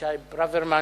אבישי ברוורמן,